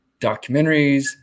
documentaries